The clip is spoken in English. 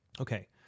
Okay